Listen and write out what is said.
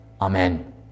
Amen